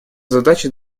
задачей